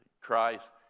Christ